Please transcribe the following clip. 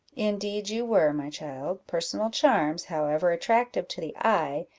indeed you were, my child personal charms, however attractive to the eye,